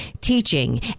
teaching